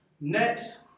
next